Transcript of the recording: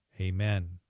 amen